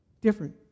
Different